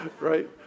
right